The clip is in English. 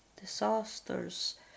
disasters